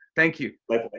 thank you. bye,